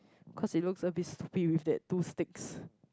cause it looks a bit stupid with that two sticks